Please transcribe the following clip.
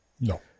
No